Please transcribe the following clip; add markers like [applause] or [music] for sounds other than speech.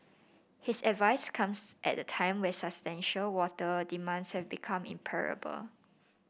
his advice comes at a time when [unintelligible] water demands have become imperative